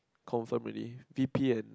confirm already V_P and